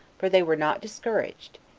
for they were not discouraged,